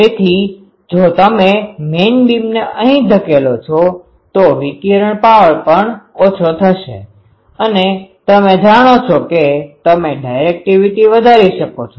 તેથી જો તમે મેઈન બીમને અહી ધકેલો છો તો વિકિરણ પાવર પણ ઓછો થશે અને તમે જાણો છો કે તમે ડાયરેકટીવીટી વધારી શકો છો